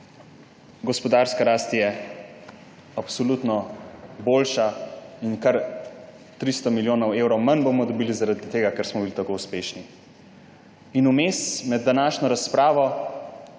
gospodarska rast absolutno boljša in 300 milijonov evrov manj bomo dobili zaradi tega, ker smo bili tako uspešni. Med današnjo razpravo